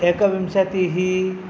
एकविंशतिः